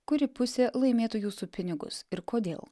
kuri pusė laimėtų jūsų pinigus ir kodėl